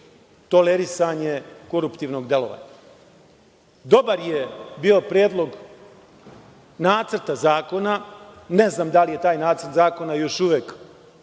tolerisanje koruptivnog delovanja. Dobar je bio predlog nacrta zakona, ne znam da li je taj nacrt zakona još uvek